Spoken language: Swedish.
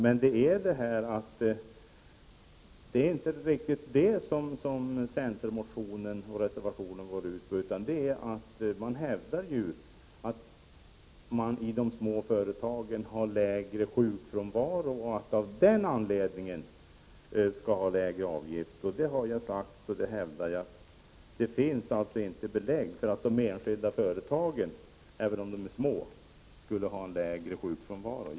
Men det är inte riktigt det som centerns motion och reservation går ut på. Vad som hävdas är ju att de små företagen har lägre sjukfrånvaro och att det av den anledningen skall vara en lägre avgift. Jag har tidigare sagt och jag hävdar fortfarande att det inte finns belägg för att enskilda företag, även om dessa är små, skulle ha en lägre sjukfrånvaro.